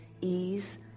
ease